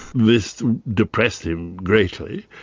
this depressed him greatly.